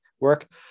work